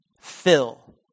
fill